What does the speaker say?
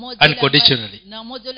unconditionally